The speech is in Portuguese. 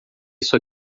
isso